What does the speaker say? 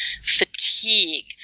fatigue